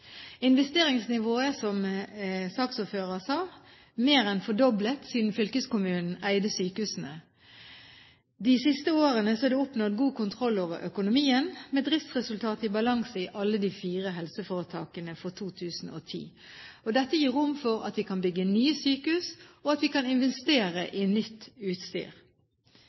investeringsnivået mer enn fordoblet siden fylkeskommunen eide sykehusene. De siste årene er det oppnådd god kontroll over økonomien, med driftsresultat i balanse i alle de fire helseforetakene for 2010. Dette gir rom for at vi kan bygge nye sykehus og investere i nytt